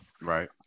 Right